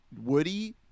Woody